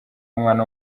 umwana